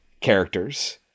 characters